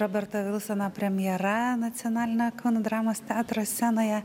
roberto vilsono premjera nacionalinio kauno dramos teatro scenoje